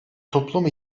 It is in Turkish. toplum